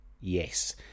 Yes